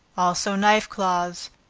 also knife cloths,